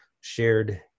shared